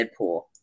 Deadpool